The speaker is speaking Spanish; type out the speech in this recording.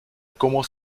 cómo